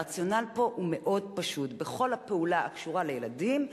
הרציונל פה הוא מאוד פשוט: בכל פעולה הקשורה לילדים,